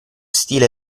stile